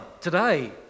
today